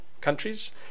countries